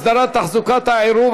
הסדרת תחזוקת העירוב),